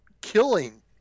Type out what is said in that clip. Killing